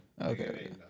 okay